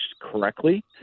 correctly